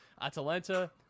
Atalanta